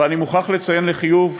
ואני מוכרח לציין לחיוב,